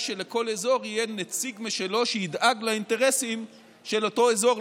שלכל אזור יהיה נציג משלו שידאג לאינטרסים של אותו אזור,